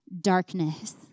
darkness